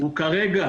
הוא כרגע